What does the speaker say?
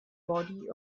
body